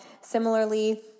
Similarly